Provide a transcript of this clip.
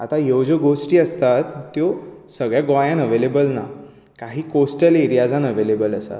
आता ह्यो ज्यो गोश्टी आसतात त्यो सगळ्या गोयांत अवेलेबल ना कांय कॉस्टल एरियाजान अवेलेबल आसात